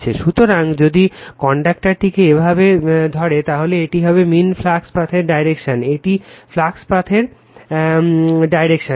সুতরাং যদি কন্ডাক্টরটিকে এভাবে ধরে তাহলে এটি হবে মীন ফ্লাক্স পাথের ডাইরেকশন এটি ফ্লাক্স পাথের ডাইরেকশন